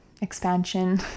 expansion